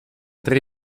tre